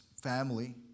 family